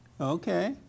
Okay